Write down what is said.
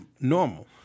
normal